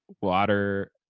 water